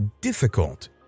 difficult